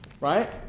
right